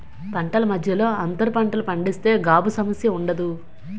పంటల మధ్యలో అంతర పంటలు పండిస్తే గాబు సమస్య ఉండదు